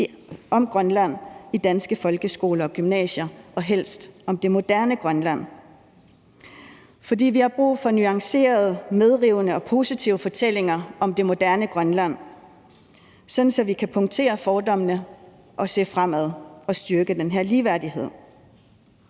om Grønland i danske folkeskoler og gymnasier; og det skal helst være om det moderne Grønland. For vi har brug for nuancerede, medrivende og positive fortællinger om det moderne Grønland, sådan at vi kan punktere fordommene, se fremad og styrke ligeværdigheden.